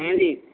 ہاں جی